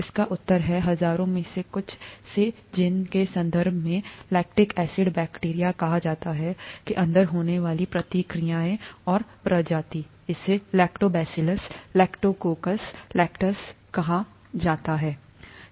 इसका उत्तर है हजारों में से कुछ से जीन के संदर्भ में लैक्टिक एसिड बैक्टीरिया कहा जाता है के अंदर होने वाली प्रतिक्रियाएं और प्रजाति इसेलैक्टोबैसिलस लैक्टोकोकस लैक्टिसकहा जाता है